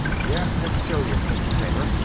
yes, it's serious mr. kramer.